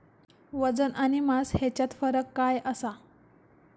वजन आणि मास हेच्यात फरक काय आसा?